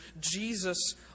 Jesus